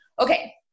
okay